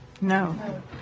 No